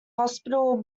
hospital